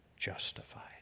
justified